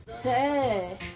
Hey